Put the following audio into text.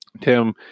Tim